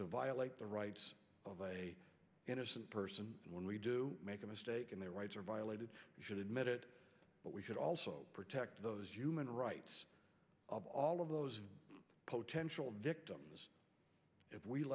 to violate the rights of a person when we do make a mistake and their rights are violated should admit it but we should also protect those human rights of all of those potential victims if we